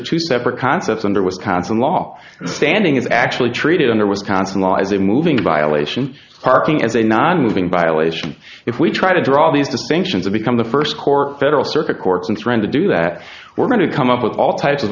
two separate concepts under wisconsin law standing is actually treated under was constant lies a moving violation parking is a non moving violation if we try to draw these distinctions to become the first court federal circuit court since renda do that we're going to come up with all types of